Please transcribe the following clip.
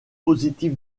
positif